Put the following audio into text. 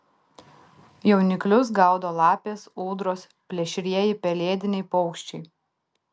jauniklius gaudo lapės ūdros plėšrieji pelėdiniai paukščiai